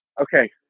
Okay